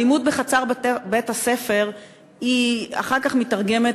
האלימות בחצר בית-הספר אחר כך מיתרגמת